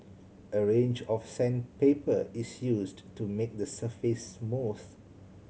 a range of sandpaper is used to make the surface smooth